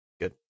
Good